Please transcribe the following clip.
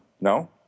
No